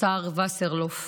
השר וסרלאוף,